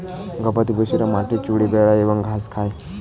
গবাদিপশুরা মাঠে চরে বেড়ায় এবং ঘাস খায়